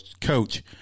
coach